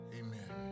amen